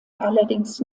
allerdings